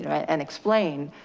you know and explain,